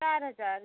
चार हज़ार